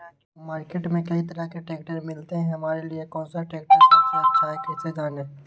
Market में कई तरह के ट्रैक्टर मिलते हैं हमारे लिए कौन सा ट्रैक्टर सबसे अच्छा है कैसे जाने?